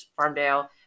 Farmdale